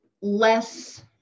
less